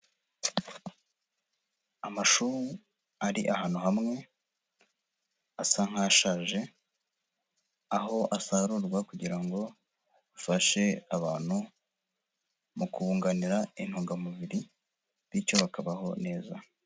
Amashu ari ahantu hamwe asa nk'ashaje, aho asarurwa kugira ngo afashe abantu mu kunganira intungamubiri bityo bakabaho neza.